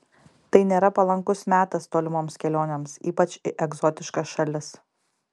tai nėra palankus metas tolimoms kelionėms ypač į egzotiškas šalis